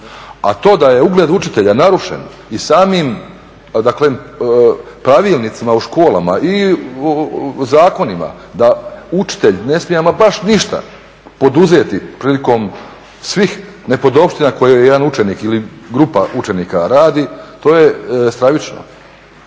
a to da je ugled učitelja narušen i samim, dakle pravilnicima o školama i zakonima, da učitelj ne smije ama baš ništa poduzeti prilikom svih nepodopština koje jedan učenik ili grupa učenika radi. To je stravično.